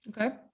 okay